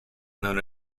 known